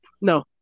no